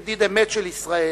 ידיד אמת של ישראל,